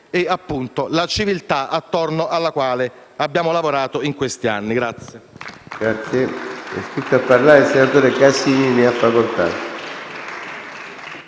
Paese e la civiltà attorno alla quale abbiamo lavorato in questi anni.